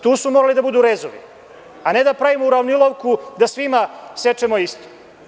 Tu su mogli da budu rezovi, a ne da pravio uravnilovku, da svima sečemo isto.